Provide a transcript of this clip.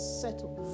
settle